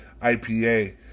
IPA